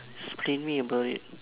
screen me about it